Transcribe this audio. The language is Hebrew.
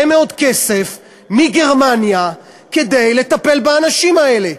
מאוד כסף מגרמניה כדי לטפל באנשים האלה.